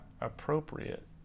appropriate